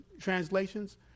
translations